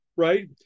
Right